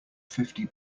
fifty